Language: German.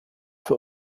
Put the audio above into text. für